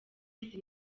izi